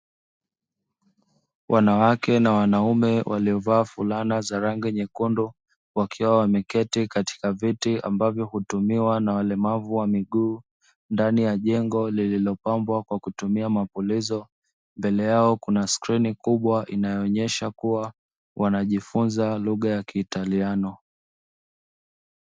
Wanawake na wanaume waliovalia fulana za rangi nyekundu, wakiwa wameketi katika viti ambavyo hutumiwa na walemavu wa miguu, ndani ya jengo lililopambwa kwa kutumia mapulizo, mbele yao kuna skrini kubwa, inaonyesha kuwa wanajifunza lugha ya Kiitaliano.